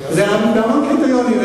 זה בהמון קריטריונים,